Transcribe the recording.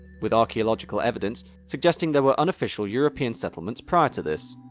with archaeological evidence suggesting there were unofficial european settlements prior to this.